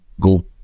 go